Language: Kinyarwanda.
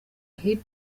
hip